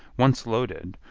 once loaded,